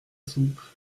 soupe